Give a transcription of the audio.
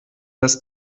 das